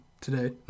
today